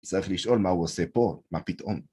‫צריך לשאול מה הוא עושה פה, מה פתאום.